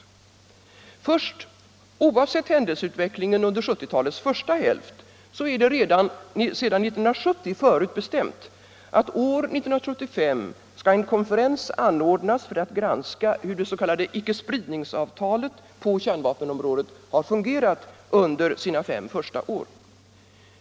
För det första: oavsett händelseutvecklingen under 1970-talets första hälft är det sedan 1970 förutbestämt att år 1975 en konferens skall anordnas för att granska hur det s.k. ickespridningsavtalet på kärnvapenområdet har fungerat under sina fem första år.